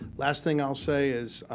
last thing i'll say is